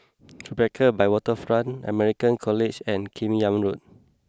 Tribeca by Waterfront American College and Kim Yam Road